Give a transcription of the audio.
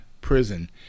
prison